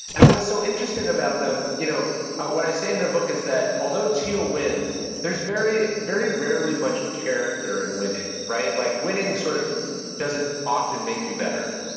and what's so interesting about them, you know what i say in the book is that although thiel wins, there's very very rarely much character in winning. like winning sort of doesn't often make you better.